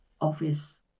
office